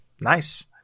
Nice